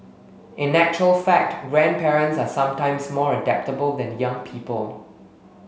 in actual fact grandparents are sometimes more adaptable than young people